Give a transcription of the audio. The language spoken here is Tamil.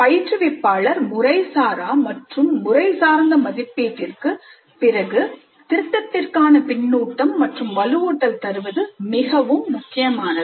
பயிற்றுவிப்பாளர் முறைசாரா மற்றும் முறைசார்ந்த மதிப்பீட்டிற்கு பிறகு திருத்தத்திற்கான பின்னூட்டம் மற்றும் வலுவூட்டல் தருவது மிகவும் முக்கியமானது